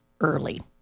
early